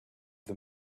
the